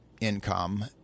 income